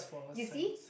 you see